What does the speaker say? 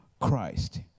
Christ